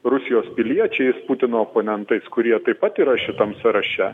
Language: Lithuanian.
rusijos piliečiais putino oponentais kurie taip pat yra šitam sąraše